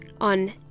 on